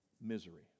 misery